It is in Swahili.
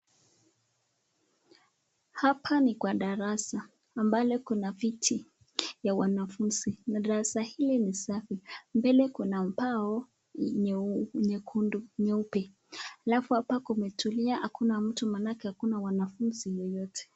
Hapa ni kwa darasa ambalo kuna viti ya wanafunzi na daraza hili ni safi mbele kuna mbao nyeupe alafu hapa kumetulia hakuna mtu manake hakuna wanafunzi yeyote.